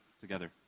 together